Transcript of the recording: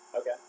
Okay